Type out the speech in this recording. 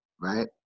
right